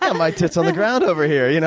yeah my tits on the ground over here you know